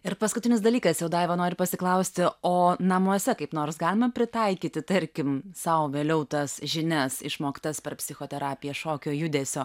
ir paskutinis dalykas jau daiva noriu pasiklausti o namuose kaip nors galima pritaikyti tarkim sau vėliau tas žinias išmoktas per psichoterapiją šokio judesio